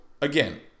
again